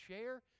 share